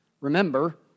Remember